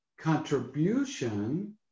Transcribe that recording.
Contribution